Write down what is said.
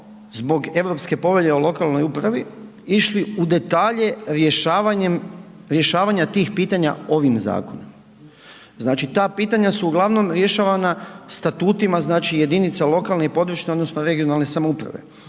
zbog Europske povelje o lokalnoj upravi išli u detalje rješavanjem, rješavanja tih pitanja ovim zakonom. Znači, ta pitanja su uglavnom rješavana statutima znači jedinica lokalne i područne odnosno regionalne samouprave,